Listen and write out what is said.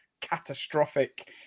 catastrophic